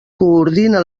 coordina